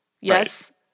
Yes